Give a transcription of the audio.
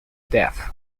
death